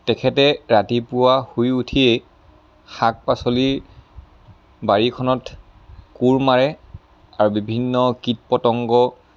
তেখেতে ৰাতিপুৱা শুই উঠিয়েই শাক পাচলিৰ বাৰীখনত কোৰ মাৰে আৰু বিভিন্ন কীট পতংগ